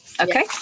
okay